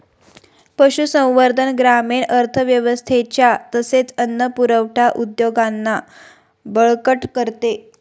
पशुसंवर्धन ग्रामीण अर्थव्यवस्थेच्या तसेच अन्न पुरवठा उद्योगांना बळकट करते